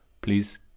Please